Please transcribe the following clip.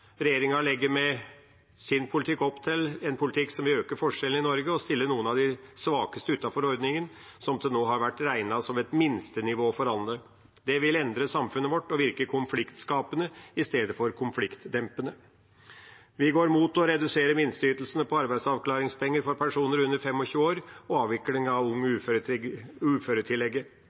Regjeringa legger med sin politikk opp til en politikk som vil øke forskjellene i Norge og stille noen av de svakeste utenfor ordningen, som til nå har vært regnet som et minstenivå for alle. Det vil endre samfunnet vårt og virke konfliktskapende i stedet for konfliktdempende. Vi går imot å redusere minsteytelsene på arbeidsavklaringspenger for personer under 25 år og